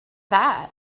that